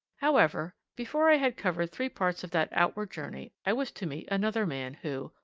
however, before i had covered three parts of that outward journey, i was to meet another man who,